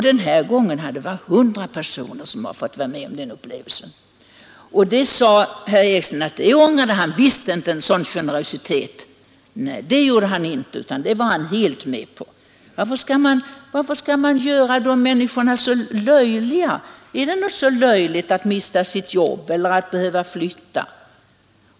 Den här gången hade 100 personer fått vara med om den upplevelsen! Och herr Eriksson sade att han ångrade visst inte den generositeten. Nej, det gjorde han inte — han var helt med på det! Varför skall man göra dessa människor löjliga? Är det något löjligt att mista sitt jobb eller att behöva flytta?